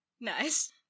Nice